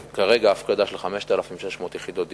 כרגע בהיקף הפקדה של 5,600 יחידות דיור.